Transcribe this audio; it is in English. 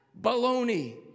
Baloney